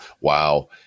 Wow